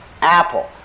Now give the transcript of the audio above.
Apple